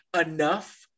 enough